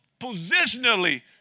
positionally